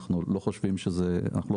אנחנו לא עושים את זה בשמחה,